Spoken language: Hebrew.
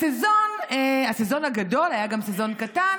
הסזון, הסזון הגדול, היה גם סזון קטן,